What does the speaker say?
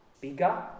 bigger